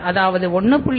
அதாவது 1